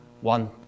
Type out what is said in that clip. one